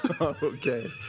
Okay